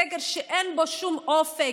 סגר שאין בו שום אופק,